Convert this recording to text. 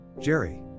Jerry